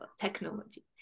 technology